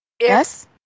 Yes